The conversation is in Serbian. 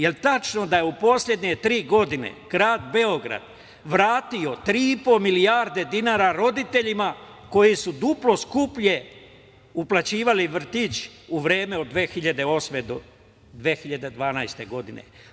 Jel tačno da je u poslednje tri godine Grad Beograd vratio 3,5 milijarde dinara roditeljima koji su duplo skuplje plaćali vrtić u vreme od 2008. do 2012. godine.